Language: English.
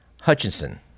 Hutchinson